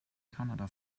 kanada